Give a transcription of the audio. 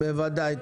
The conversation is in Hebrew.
בוודאי.